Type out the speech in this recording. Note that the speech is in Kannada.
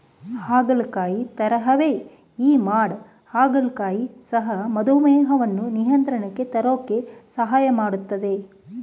ಹಾಗಲಕಾಯಿ ತರಹವೇ ಈ ಮಾಡ ಹಾಗಲಕಾಯಿ ಸಹ ಮಧುಮೇಹವನ್ನು ನಿಯಂತ್ರಣಕ್ಕೆ ತರೋಕೆ ಸಹಾಯ ಮಾಡ್ತದೆ